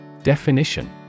Definition